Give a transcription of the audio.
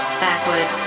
backward